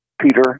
Peter